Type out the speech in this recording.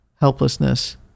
helplessness